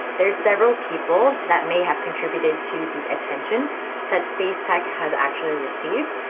there are several people that may have contributed to the attention that space tech has actually received,